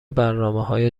برنامههای